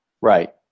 Right